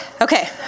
Okay